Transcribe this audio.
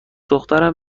دخترم